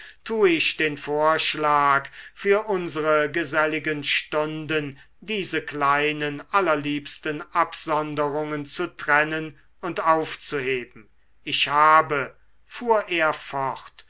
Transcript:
tue ich den vorschlag für unsere geselligen stunden diese kleinen allerliebsten absonderungen zu trennen und aufzuheben ich habe